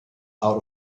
out